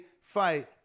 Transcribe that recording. fight